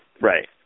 Right